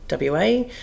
WA